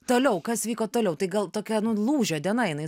toliau kas vyko toliau tai gal tokia nu lūžio diena jinai